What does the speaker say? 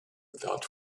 without